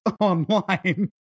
online